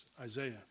Isaiah